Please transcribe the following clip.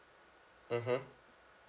mmhmm